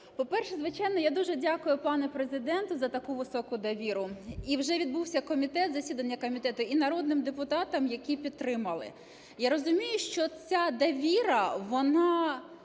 По-перше, звичайно, я дуже дякую пану Президенту за таку високу довіру. І вже відбувся комітет, засідання комітету, і народним депутатам, які підтримали. Я розумію, що ця довіра, вона